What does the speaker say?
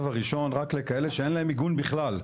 הראשון רק על כאלה שאין להם מיגון בכלל,